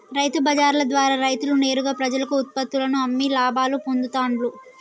రైతు బజార్ల ద్వారా రైతులు నేరుగా ప్రజలకు ఉత్పత్తుల్లను అమ్మి లాభాలు పొందుతూండ్లు